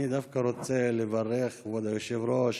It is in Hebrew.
כבוד היושב-ראש,